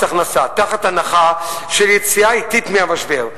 הכנסה תחת הנחה של יציאה אטית מהמשבר,